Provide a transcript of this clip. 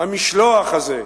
המשלוח הזה.